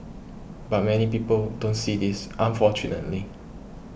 but many people don't see this unfortunately